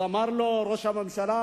אז אמר לו ראש הממשלה: